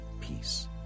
peace